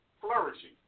flourishing